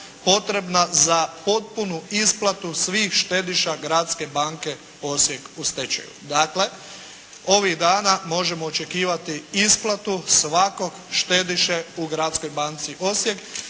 potrebna za potpunu isplatu svih štediša Gradske banke Osijek u stečaju. Dakle, ovih dana možemo očekivati isplatu svakog štediše u Gradskoj banci Osijek,